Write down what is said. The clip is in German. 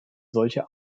solche